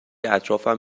اطرافم